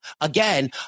Again